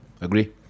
agree